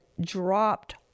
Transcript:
dropped